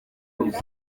ruzi